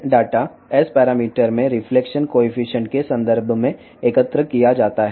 S పారామితులలో ప్రతిబింబం గుణకం పరంగా హెడ్ డేటా సేకరించబడుతుంది